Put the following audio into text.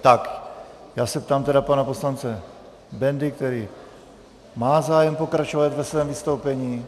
Ptám se pana poslance Bendy, který má zájem pokračovat ve svém vystoupení.